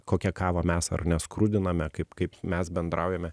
kokią kavą mes ar ne skrudiname kaip kaip mes bendraujame